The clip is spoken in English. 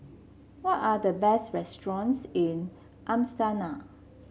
what are the best restaurants in Astana